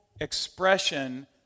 expression